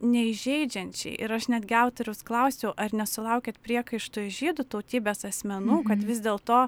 neįžeidžiančiai ir aš netgi autoriaus klausiau ar nesulaukiat priekaištų iš žydų tautybės asmenų kad vis dėl to